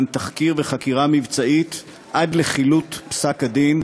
תחקיר וחקירה מבצעית עד לחילוט פסק-הדין,